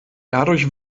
dadurch